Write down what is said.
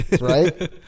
Right